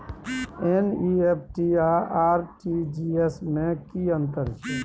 NEFT आ RTGS में की अन्तर छै?